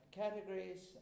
categories